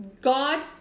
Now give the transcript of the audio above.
God